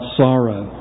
sorrow